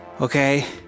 Okay